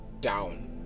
down